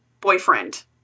boyfriend